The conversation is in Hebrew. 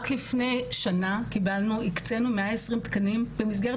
רק לפני שנה הקצנו 120 תקנים במסגרת